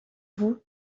vous